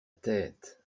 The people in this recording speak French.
tête